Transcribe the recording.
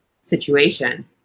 situation